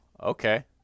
Okay